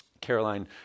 Caroline